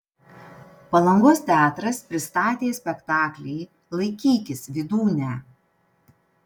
palangos teatras pristatė spektaklį laikykis vydūne